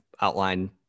outline